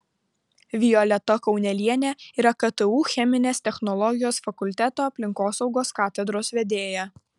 violeta kaunelienė yra ktu cheminės technologijos fakulteto aplinkosaugos katedros vedėja